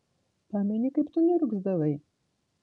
pameni kaip tu niurgzdavai